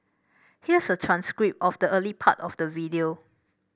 here's a transcript of the early part of the video